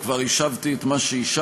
וכבר השבתי את מה שהשבתי,